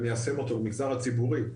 וניישם אותו במגזר הציבורי,